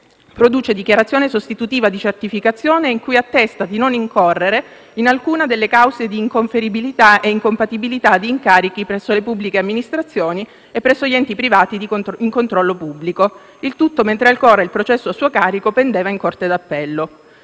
una dichiarazione sostitutiva di certificazione in cui attesta di non incorrere in alcuna delle cause di inconferibilità e incompatibilità di incarichi presso le pubbliche amministrazioni e presso gli enti privati in controllo pubblico, il tutto mentre ancora il processo a suo carico pendeva in Corte d'appello.